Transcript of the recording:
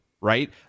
right